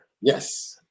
Yes